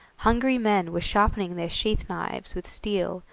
hungry men were sharpening their sheath-knives with steel,